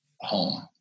home